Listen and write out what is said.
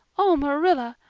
oh, marilla,